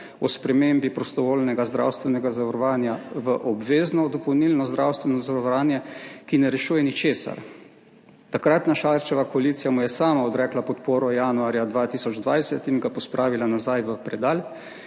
o spremembi prostovoljnega zdravstvenega zavarovanja v obvezno dopolnilno zdravstveno zavarovanje, ki ne rešuje ničesar. Takratna Šarčeva koalicija mu je sama odrekla podporo januarja 2020 in ga pospravila nazaj v predal,